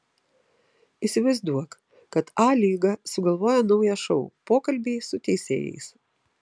įsivaizduok kad a lyga sugalvoja naują šou pokalbiai su teisėjais